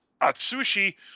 Atsushi